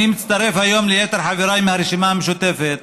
אני מצטרף היום ליתר חבריי מהרשימה המשותפת